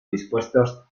dispuestos